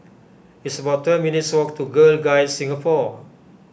it's about twelve minutes' walk to Girl Guides Singapore